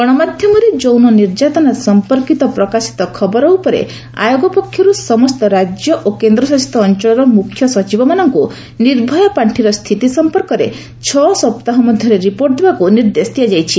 ଗଣମାଧ୍ୟମରେ ଯୌନ ନିର୍ଯ୍ୟାତନା ସମ୍ପର୍କିତ ପ୍ରକାଶିତ ଖବର ଉପରେ ଆୟୋଗ ପକ୍ଷରୁ ସମସ୍ତ ରାଜ୍ୟ ଓ କେନ୍ଦ୍ରଶାସିତ ଅଞ୍ଚଳର ମୁଖ୍ୟସଚିବ ମାନଙ୍କୁ ନିର୍ଭୟା ପାଣ୍ଠିର ସ୍ଥିତି ସମ୍ପର୍କର ଛଅ ସପ୍ତାହ ମଧ୍ୟରେ ରିପୋର୍ଟ ଦେବାକୁ ନିର୍ଦ୍ଦେଶ ଦିଆଯାଇଛି